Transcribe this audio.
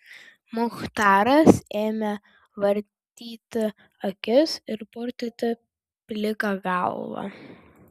muchtaras ėmė vartyti akis ir purtyti pliką galvą